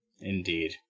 Indeed